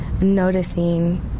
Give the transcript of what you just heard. noticing